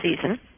season